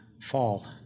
fall